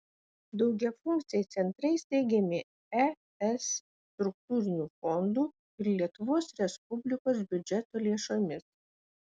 daugiafunkciai centrai steigiami es struktūrinių fondų ir lietuvos respublikos biudžeto lėšomis